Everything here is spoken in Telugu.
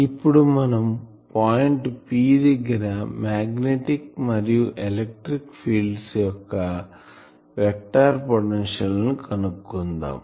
ఇప్పుడు మనం పాయింట్ P దగ్గర మాగ్నెటిక్ మరియు ఎలక్ట్రిక్ ఫీల్డ్స్ యొక్క వెక్టార్ పొటెన్షియల్ ను కనుక్కుందాం